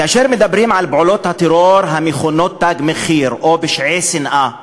כאשר מדברים על פעולות הטרור המכונות "תג מחיר" או "פשעי שנאה",